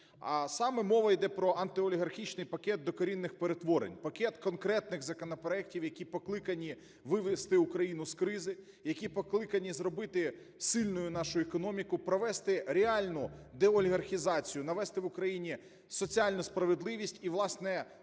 А саме мова йде про антиолігархічний пакет докорінних перетворень. Пакет конкретних законопроектів, які покликані вивести Україну з кризи, які покликані зробити сильною нашу економіку, провести реальну деолігархізацію, навести в Україні соціальну справедливість і, власне,